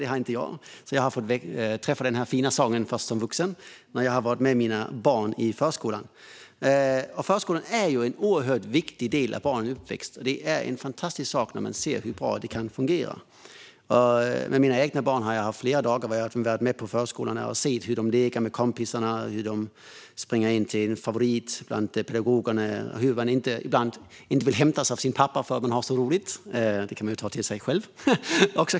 Det har inte jag, så jag har träffat på denna fina sång först som vuxen när jag har varit med mina barn i förskolan. Förskolan är en oerhört viktig del av barnens uppväxt, och det är en fantastisk sak när man ser hur bra den kan fungera. Med mina egna barn har jag flera gånger varit med på förskolan och sett hur de leker med kompisarna, springer in till en favorit bland pedagogerna och ibland inte vill hämtas av sin pappa för att de har så roligt. Det kan man ju ta till sig.